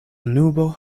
nubo